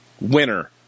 winner